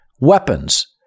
Weapons